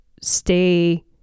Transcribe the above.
stay